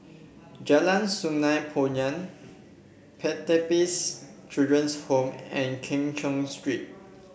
Jalan Sungei Poyan Pertapis Children Home and Keng Cheow Street